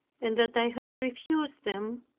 and that i had refused them,